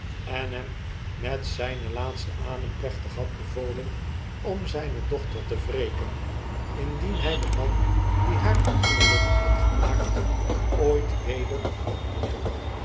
en hem met zjjnen laatsten adem plechtig had bevolen om zijne dochter te wreken indien hy den man die haar ongelukkig had gemaakt ooit weder ontmoette